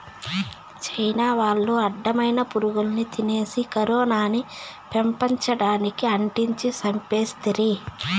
China వాళ్లు అడ్డమైన పురుగుల్ని తినేసి కరోనాని పెపంచానికి అంటించి చంపేస్తిరి